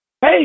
Hey